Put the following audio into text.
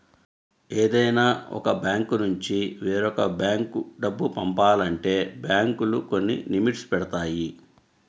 ఏదైనా ఒక బ్యాంకునుంచి వేరొక బ్యేంకు డబ్బు పంపాలంటే బ్యేంకులు కొన్ని లిమిట్స్ పెడతాయి